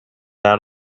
out